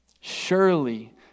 Surely